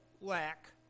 lack